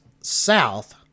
South